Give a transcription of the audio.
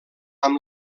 amb